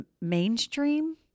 mainstream